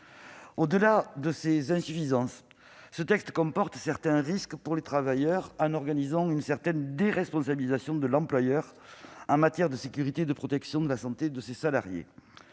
Au-delà de ces insuffisances, ce texte comporte certains risques pour les travailleurs, en ce qu'il organise une certaine déresponsabilisation de l'employeur en matière de sécurité et de protection de la santé des salariés.